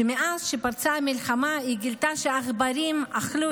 מאז שפרצה המלחמה היא גילתה שעכברים אכלו